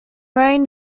reign